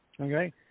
Okay